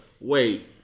wait